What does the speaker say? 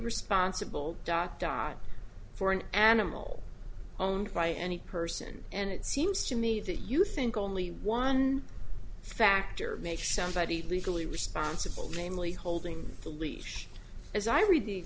responsible dot dot for an animal owned by any person and it seems to me that you think only one factor may sound body legally responsible namely holding the leash as i read the